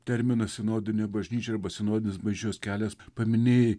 terminą sinodinė bažnyčia arba sinodinis bažnyčios kelias paminėjai